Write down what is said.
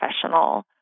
professional